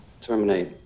Terminate